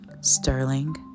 Sterling